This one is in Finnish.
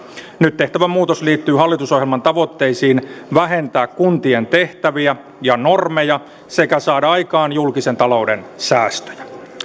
nyt tehtävä muutos liittyy hallitusohjelman tavoitteisiin vähentää kuntien tehtäviä ja normeja sekä saada aikaan julkisen talouden säästöjä